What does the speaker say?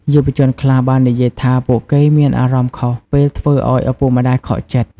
យុវជនខ្លះបាននិយាយថាពួកគេមានអារម្មណ៍ខុស ពេលធ្វើឲ្យឪពុកម្ដាយខកចិត្ត។